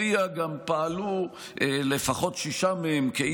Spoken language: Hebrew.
חברת הכנסת אלהרר, ברשותך, פשוט שיהיה מדויק.